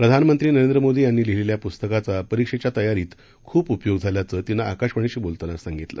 प्रधानमंत्री नरेंद्र मोदी यांनी लिहिलेल्या प्स्तकाचा परीक्षेच्या तयारीत खूप उपयोग झाल्याचं तिने आकाशवाणीशी बोलताना सांगितलं